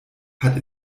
hat